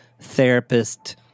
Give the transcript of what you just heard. therapist